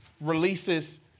releases